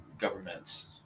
government's